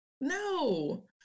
no